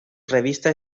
revista